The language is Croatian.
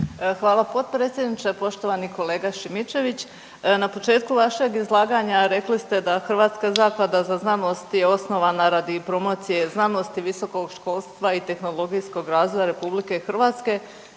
Hvala potpredsjedniče. Poštovani kolega Šimičević, na početku vašeg izlaganja rekli ste da Hrvatska zaklada za znanost je osnovana radi promocije znanosti i visokog školstva i tehnologijskog razvoja RH s krajnjim